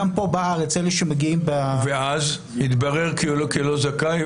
גם פה בארץ אלה שמגיעים --- ומה קורה אחרי שהוא מתברר כלא זכאי?